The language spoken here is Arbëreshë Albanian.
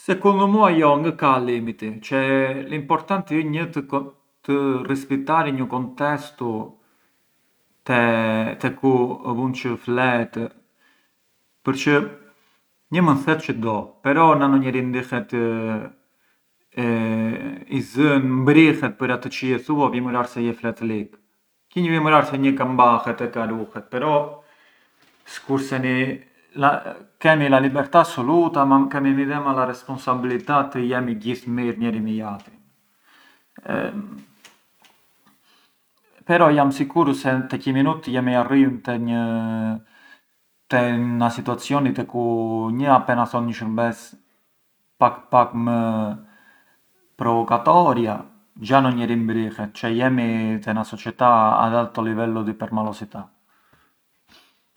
Secundu mua jo, ngë ka limiti, cioè l’importanti ë një të… të rispittarënj u contestu te… te ku ë vun çë flet përçë një mënd thet çë do, però na ndo njeri ndihet i zën, mbrihet pë’ atë çë je thua vjemurar se je flet lik, qi ngë vjemurar se një ka mbahet e ka ruhet, però skurseni kemi la libertà assoluta ma kemi midhe la responsabilità të jemi gjithë të mirë njeri me jatrin, però jam sicuru te qi minut jam e jarrëjëm te na situazioni te ku një appena thot një shurbes pak pak më provocatoria, gia ndo njeri mbrihet, cioè jemi te na società ad alto livello di permalosità.